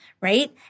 right